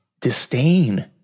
disdain